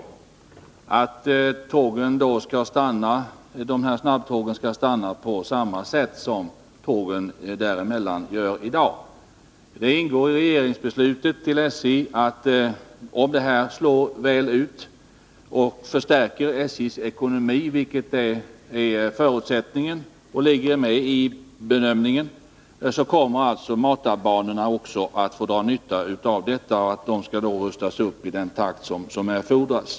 Dessa snabbtåg skall göra uppehåll vid stationerna på samma sätt som tågen på denna sträcka gör i dag. Det ingår iregeringsbeslutet att om försöksverksamheten slår väl ut och förstärker SJ:s ekonomi, vilket är förutsättningen och ligger med i bedömningen, så kommer matarbanorna att få dra nytta därav. De skall då rustas upp i den takt som erfordras.